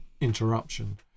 interruption